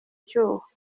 cyuho